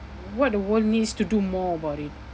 what the world needs to do more about it